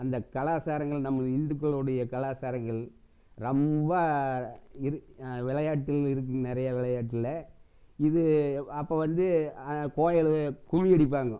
அந்த கலாச்சாரங்கள் நம்ம இந்துக்களுடைய கலாச்சாரங்கள் ரொம்ப விளையாட்டுங்கள் இருக்கு நிறையா விளையாட்டுல இது அப்போ வந்து கோயில் கும்மி அடிப்பாங்க